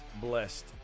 blessed